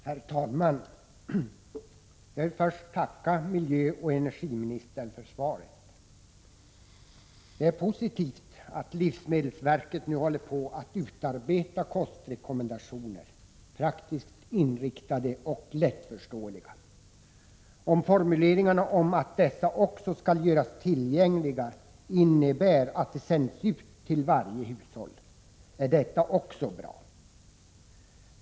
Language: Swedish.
Herr talman! Jag vill först tacka miljöoch energiministern för svaret. Det är positivt att livsmedelsverket nu håller på att utarbeta kostrekommendationer, praktiskt inriktade och lättförståeliga. Om formuleringarna att dessa också skall göras tillgängliga innebär att de sänds ut till varje hushåll är detta också bra.